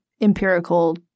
empirical